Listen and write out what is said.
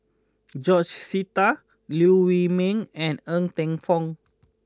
George Sita Liew Wee Mee and Ng Teng Fong